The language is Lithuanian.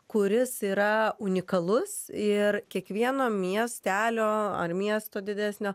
kuris yra unikalus ir kiekvieno miestelio ar miesto didesnio